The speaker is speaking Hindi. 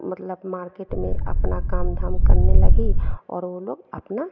मतलब मार्केट में अपना काम धाम करने लगी और वे लोग अपना